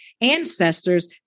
ancestors